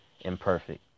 imperfect